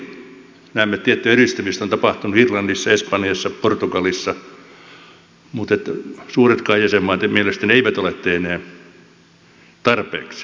tosin näemme että tiettyä edistymistä on tapahtunut irlannissa espanjassa portugalissa mutta suuretkaan jäsenmaat mielestäni eivät ole tehneet tarpeeksi